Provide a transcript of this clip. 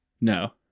No